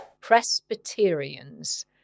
Presbyterians